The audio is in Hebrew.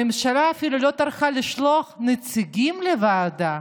הממשלה אפילו לא טרחה לשלוח נציגים לוועדה.